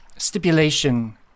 stipulation